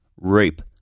rape